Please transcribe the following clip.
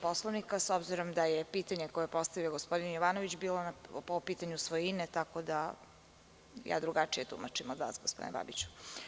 Poslovnika, s obzirom da je pitanje koje je postavio gospodine Jovanović bilo po pitanju svojine, tako da ja drugačije tumačim od vas gospodine Babiću.